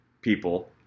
people